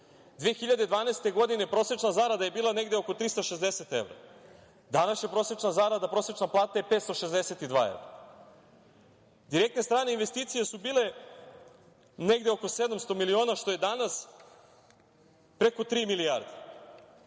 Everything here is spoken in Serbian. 2012. prosečna zarada je bila negde oko 360 evra, a današnja prosečna plata je 562 evra. Direktne strane investicije su bile negde oko 700 miliona, što je danas preko tri milijarde.